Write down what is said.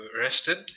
arrested